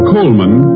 Coleman